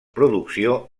producció